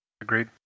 Agreed